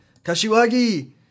Kashiwagi